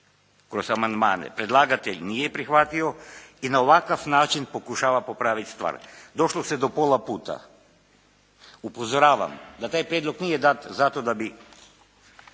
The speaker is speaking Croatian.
kroz amandmane, predlagatelj nije prihvatio i na ovakav način pokušava popraviti stvar. Došlo se do pola puta. Upozoravam da taj prijedlog nije dat zato da bi